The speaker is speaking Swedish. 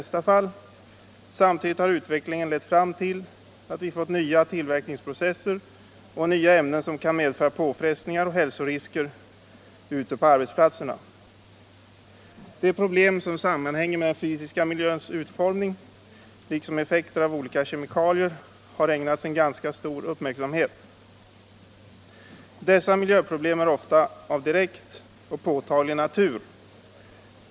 Samtidigt har utvecklingen lett till att vi fått nya tillverkningsprocesser och nya ämnen som kan medföra påfrestningar och hälsorisker på arbetsplatserna. De problem som sammanhänger med den fysiska miljöns omfattning och med effekterna av olika kemikalier har ägnats en ganska stor uppmärksamhet. Dessa miljöproblem är ofta av direkt och påtaglig natur.